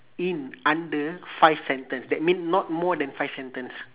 in under five sentence that mean not more than five sentence